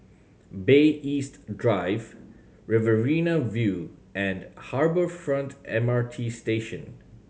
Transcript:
Bay East Drive Riverina View and Harbour Front M R T Station